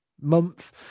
month